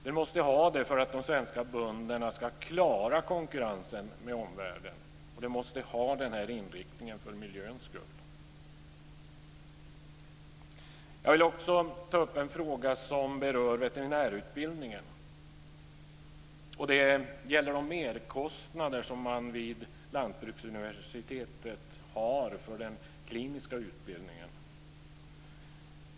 Det måste ha den för att de svenska bönderna ska klara konkurrensen med omvärlden, och det måste den ha för miljöns skull. Jag vill också ta upp en fråga som berör veterinärutbildningen. Det gäller de merkostnader som man vid Lantbruksuniversitetet har för den kliniska utbildningen.